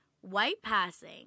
white-passing